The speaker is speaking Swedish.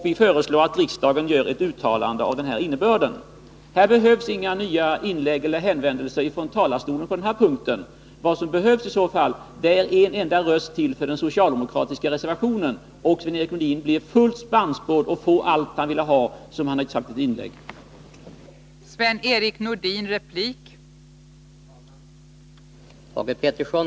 Riksdagen bör göra ett uttalande av här angiven innebörd.” Det behövs inga nya inlägg eller hänvändelser från talarstolen på den här punkten. Vad som behövs är ytterligare en röst för den socialdemokratiska reservationen. Sven-Erik Nordin blir därmed fullt tillgodosedd och får allt han i sitt inlägg säger att han vill ha.